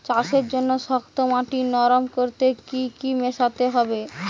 চাষের জন্য শক্ত মাটি নরম করতে কি কি মেশাতে হবে?